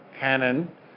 Canon